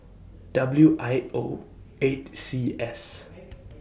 W I O eight C S